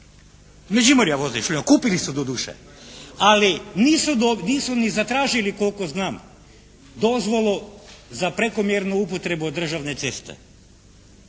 Međimurja voze šljunak, kupili su doduše, ali nisu ni zatražili koliko znam, dozvolu za prekomjernu upotrebnu državne ceste.